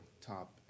top